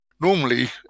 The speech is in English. Normally